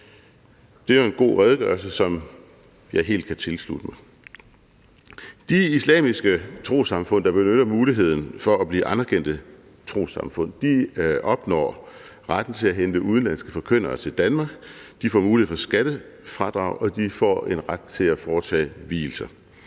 Det er jo en god redegørelse, som jeg helt kan tilslutte mig. De islamiske trossamfund, der benytter muligheden for at blive anerkendte trossamfund, opnår retten til at hente udenlandske forkyndere til Danmark, de får mulighed for skattefradrag og de får en ret til at foretage vielser.